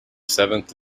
seventh